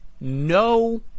no